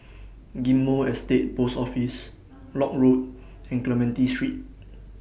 Ghim Moh Estate Post Office Lock Road and Clementi Street